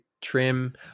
trim